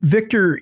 Victor